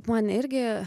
man irgi